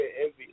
envy